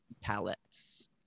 palettes